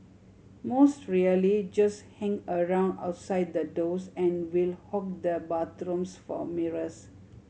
most really just hang around outside the doors and will hog the bathrooms for mirrors